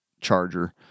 Charger